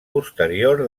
posterior